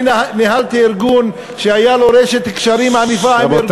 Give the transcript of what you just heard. אני ניהלתי ארגון שהייתה לו רשת קשרים ענפה עם ארגונים,